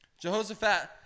Jehoshaphat